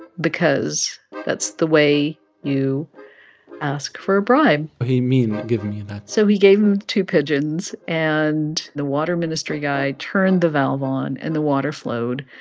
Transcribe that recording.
because that's the way you ask for a bribe he mean, give me that so he gave him the two pigeons. and the water ministry guy turned the valve on, and the water flowed.